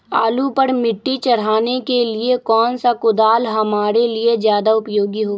आलू पर मिट्टी चढ़ाने के लिए कौन सा कुदाल हमारे लिए ज्यादा उपयोगी होगा?